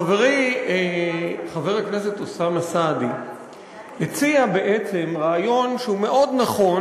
חברי חבר הכנסת אוסאמה סעדי הציע רעיון שהוא מאוד נכון,